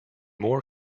more